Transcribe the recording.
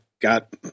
got